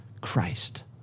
Christ